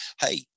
Hey